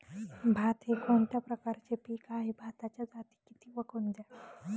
भात हे कोणत्या प्रकारचे पीक आहे? भाताच्या जाती किती व कोणत्या?